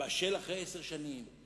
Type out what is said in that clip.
בשל אחרי עשר שנים,